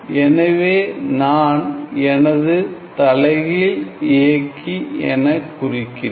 எனவே நான் எனது தலைகீழ் இயக்கி என குறிக்கிறேன்